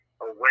away